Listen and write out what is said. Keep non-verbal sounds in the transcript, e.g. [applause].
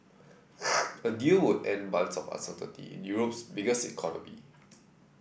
[noise] a deal would end months of uncertainty in Europe's biggest economy